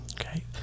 Okay